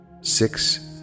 six